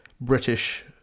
British